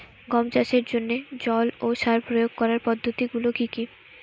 গম চাষের জন্যে জল ও সার প্রয়োগ করার পদ্ধতি গুলো কি কী?